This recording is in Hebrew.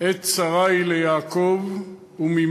"עת צרה היא ליעקב וממנה